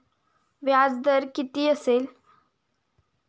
व्याजाचा दर किती असेल?